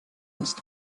ist